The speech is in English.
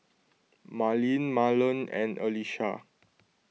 Marlene Marland and Alysha